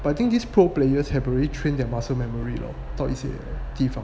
but I think this pro players have already train their muscle memory lor 到一些地方